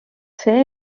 see